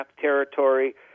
territory